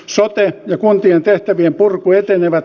sote ja kuntien tehtävien purku etenevät